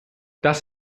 das